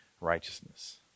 Righteousness